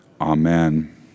Amen